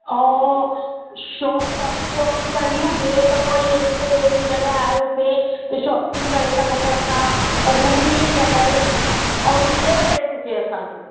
ऐं शॉ शॉपिंग वॉपिंग करणी हुजे त कोई हिते अहिड़ी जॻह आहे हुते की शॉपिंग करे बि सघूं असां ऐं घुमी बि सघूं ऐं रिज़नेबल रेट हुजे असांजो